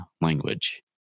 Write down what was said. language